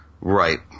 Right